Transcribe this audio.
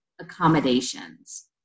accommodations